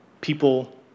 people